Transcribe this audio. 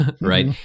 right